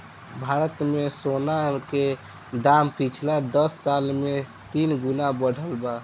भारत मे सोना के दाम पिछला दस साल मे तीन गुना बढ़ल बा